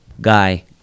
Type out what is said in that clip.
Guy